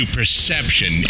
Perception